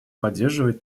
поддерживает